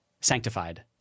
sanctified